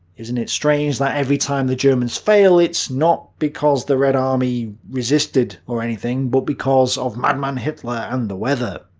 isn't it strange that every time the germans fail, it's not because of red army resisted or anything, but because of madman hitler and the weather?